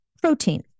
protein